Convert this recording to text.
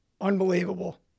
Unbelievable